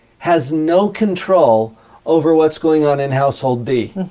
has no control over what's going on in household b.